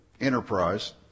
Enterprise